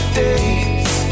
days